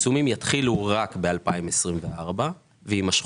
יש מפעל בנהריה ומפעל